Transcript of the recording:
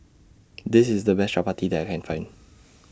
This IS The Best Chappati that I Can Find